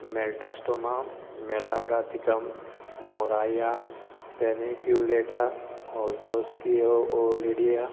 Melastoma malabathricum Murraya paniculata Holmskioldia